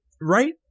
Right